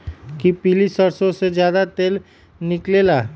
कि पीली सरसों से ज्यादा तेल निकले ला?